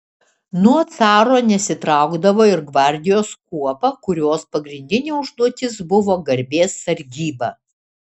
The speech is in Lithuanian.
nuo caro nesitraukdavo ir gvardijos kuopa kurios pagrindinė užduotis buvo garbės sargyba